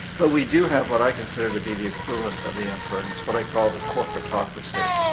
but we do have what i consider to be the equivalent of the emperor, and it's what i call the corporatocracy.